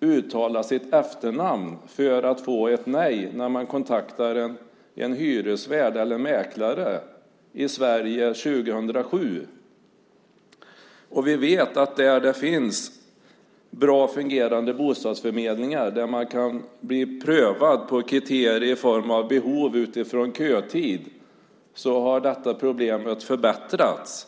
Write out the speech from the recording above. uttalar sitt efternamn för att få ett nej när man kontaktar en hyresvärd eller mäklare i Sverige 2007. Vi vet att där det finns bra fungerande bostadsförmedlingar där man kan bli prövad på kriterier i form av behov utifrån kötid har detta problem förbättrats.